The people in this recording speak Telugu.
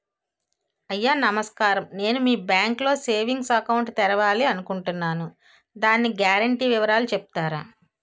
అయ్యా నమస్కారం నేను మీ బ్యాంక్ లో సేవింగ్స్ అకౌంట్ తెరవాలి అనుకుంటున్నాను దాని గ్యారంటీ వివరాలు చెప్తారా?